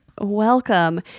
Welcome